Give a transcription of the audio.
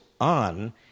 on